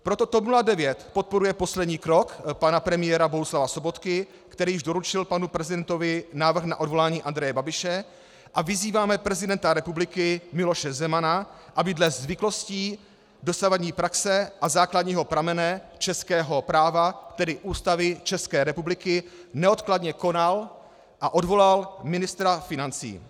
Proto TOP 09 podporuje poslední krok pana premiéra Bohuslava Sobotky, který již doručil panu prezidentovi návrh na odvolání Andreje Babiše, a vyzýváme prezidenta republiky Miloše Zemana, aby dle zvyklostí, dosavadní praxe a základního pramene českého práva, tedy Ústavy České republiky, neodkladně konal a odvolal ministra financí.